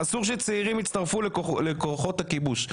אסור שצעירים יצטרפו לכוחות הכיבוש.